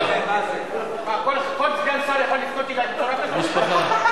כל סגן שר יכול לפנות אלי בצורה כזאת?